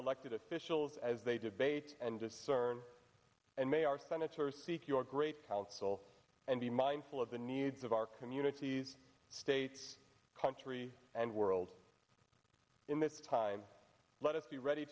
elected officials as they debate and discern and may our senators speak your great counsel and be mindful of the needs of our communities states country and world in this time let us be ready